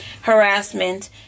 harassment